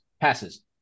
Passes